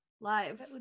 live